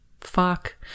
fuck